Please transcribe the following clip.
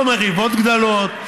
לא מריבות גדולות,